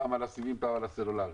פעם על הסיבים ופעם על הסלולרי,